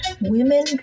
women